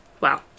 Wow